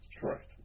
correct